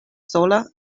sola